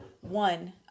one